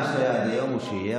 מה שהיה עד היום הוא שיהיה,